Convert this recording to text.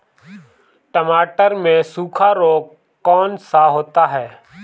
टमाटर में सूखा रोग कौन सा होता है?